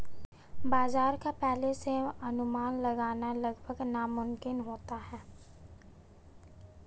बाजार का पहले से अनुमान लगाना लगभग नामुमकिन होता है